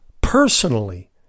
personally